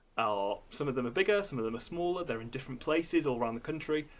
ah some of them are bigger, some of them are smaller, they're in different places all around the country,